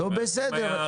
אם היה --- בסדר.